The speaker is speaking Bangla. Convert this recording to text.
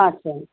আচ্ছা